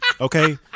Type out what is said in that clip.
Okay